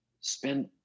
spend